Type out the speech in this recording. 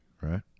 Right